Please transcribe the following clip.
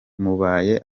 mubaye